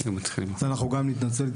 אז אנחנו נתנצל,